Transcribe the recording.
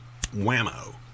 whammo